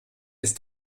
ist